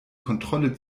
kontrolle